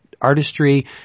artistry